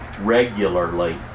regularly